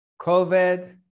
COVID